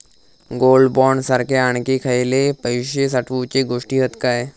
Gold bond सारखे आणखी खयले पैशे साठवूचे गोष्टी हत काय?